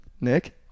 Nick